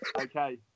Okay